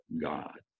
god